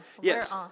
Yes